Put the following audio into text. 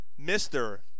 Mr